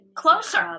closer